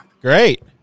Great